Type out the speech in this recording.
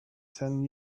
ten